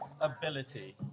ability